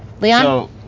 Leon